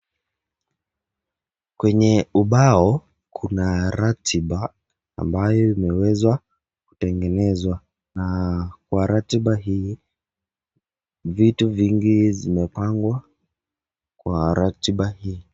Kwenye ubao kuna ratiba ambayo imewezwa tengenezwa na kwa ratiba hii vitu vingi vimepangwa kwa ratiba hii.